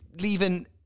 Leaving